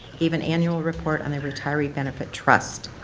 gave an annual report on the retiree benefit trust.